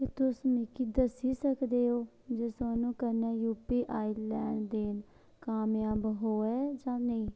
क्या तुस मिगी दस्सी सकदे ओ जे सोनू कन्नै यूपीआई लैन देन कामयाब होआ ऐ जां नेईं